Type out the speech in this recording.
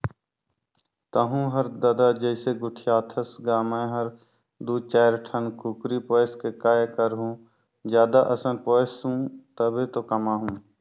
तहूँ हर ददा जइसे गोठियाथस गा मैं हर दू चायर ठन कुकरी पोयस के काय करहूँ जादा असन पोयसहूं तभे तो कमाहूं